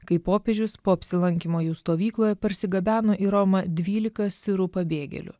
kai popiežius po apsilankymo jų stovykloje parsigabeno į romą dvylika sirų pabėgėlių